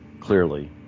clearly